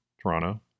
Toronto